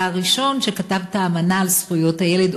היה הראשון שכתב את האמנה לזכויות הילד,